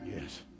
Yes